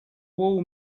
wall